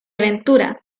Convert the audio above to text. ventura